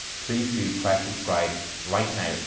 please do press subscribe right now.